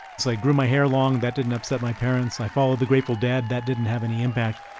so i grew my hair long. that didn't upset my parents. i followed the grateful dead. that didn't have any impact.